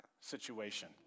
situation